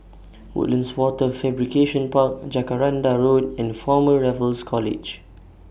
Woodlands Wafer Fabrication Park Jacaranda Road and Former Raffles College